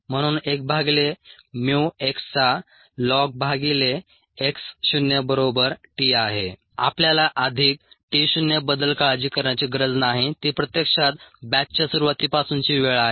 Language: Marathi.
म्हणून 1 भागिले mu x चा ln भागिले x शून्य बरोबर t आहे आपल्याला अधिक t शून्य बद्दल काळजी करण्याची गरज नाही ती प्रत्यक्षात बॅचच्या सुरुवातीपासूनची वेळ आहे